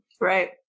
right